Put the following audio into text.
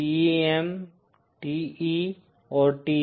TEM TE और TM